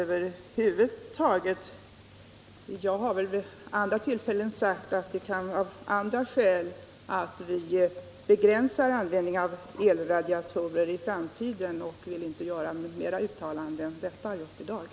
Jag har vid andra tillfällen sagt att de av andra skäl kan vara lämpligt att begränsa användningen av elradiatorer i framtiden. Jag vill i dag inte göra något ytterligare uttalande om detta.